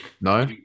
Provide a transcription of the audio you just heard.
no